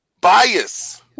bias